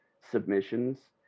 submissions